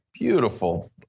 Beautiful